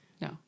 no